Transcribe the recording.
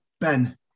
Ben